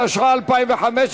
התשע"ה 2015,